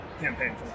campaign